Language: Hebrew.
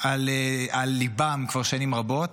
על ליבן כבר שנים רבות,